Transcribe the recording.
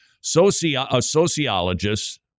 sociologists